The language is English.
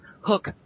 hook